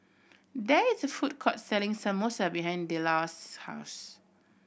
there is a food court selling Samosa behind Delos' house